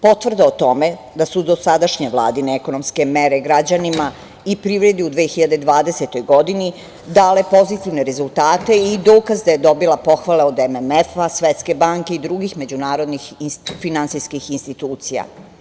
Potvrda o tome da su dosadašnje Vladine ekonomske mere građanima i privredi u 2020. godini dale pozitivne rezultate je i dokaz da je dobila pohvale od MMF, Svetske banke i drugih međunarodnih finansijskih institucija.